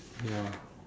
ya